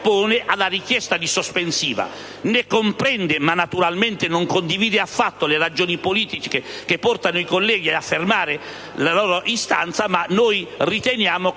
nostro Gruppo si oppone alla richiesta di sospensiva; comprende, ma naturalmente non condivide affatto, le ragioni politiche che portano i colleghi ad affermare la loro istanza, ma ritiene che